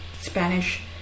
Spanish